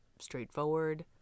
straightforward